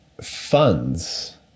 funds